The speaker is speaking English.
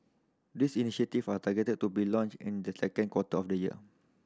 these initiative are targeted to be launched in the second quarter of the year